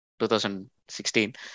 2016